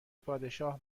پادشاه